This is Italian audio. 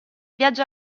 viaggi